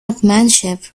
upmanship